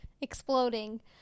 exploding